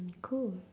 cool